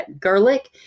garlic